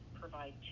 provide